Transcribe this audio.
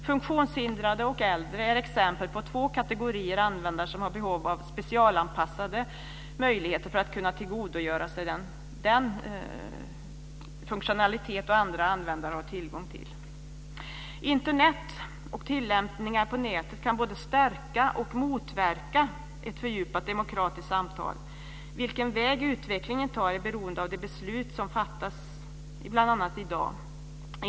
Funktionshindrade och äldre är exempel på två kategorier användare som har behov av specialanpassade möjligheter för att kunna tillgodogöra sig den funktionalitet som andra användare har tillgång till. Internet och tillämpningar på nätet kan både stärka och motverka ett fördjupat demokratiskt samtal. Vilken väg utvecklingen tar är beroende av de beslut som fattas bl.a. i dag.